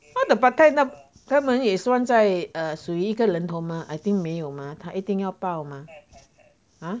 他的 part time 那他们也算在属于一个人头吗 I think 没有吗他一定要报吗